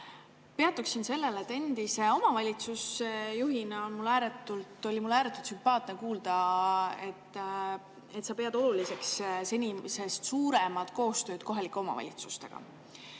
Peatuksin sellel, et endise omavalitsusjuhina oli mul ääretult sümpaatne kuulda, et sa pead oluliseks senisest suuremat koostööd kohalike omavalitsustega